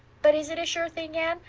but is it a sure thing, anne?